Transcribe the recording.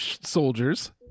soldiers